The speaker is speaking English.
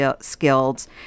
skills